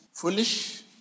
Foolish